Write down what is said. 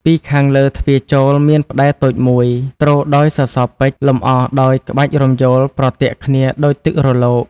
ពីខាងលើទ្វារចូល មាន ផ្តែរតូចមួយ ទ្រដោយសសរពេជ្រ លម្អដោយ ក្បាច់រំយោលប្រទាក់គ្នាដូចទឹករលក។